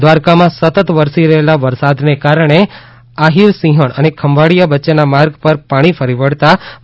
દ્વારકામાં સતત વરસી રહેલા વરસાદને કારણે આહીર સિંહણ અને ખંભાળીયા વચ્યેના માર્ગ પર પાણી ફરી વળતા માર્ગ બંધ કરાયો